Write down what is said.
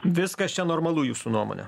viskas čia normalu jūsų nuomone